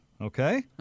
Okay